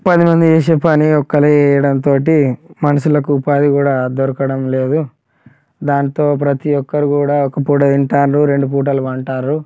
పదిమంది చేసే పని ఒకరు చేయడంతో మనుషులకు ఉపాధి కూడా దొరకడం లేదు దాంతో ప్రతి ఒకరు కూడా ఒక్క పూట తింటాండ్రు రెండు పూటల పంటారు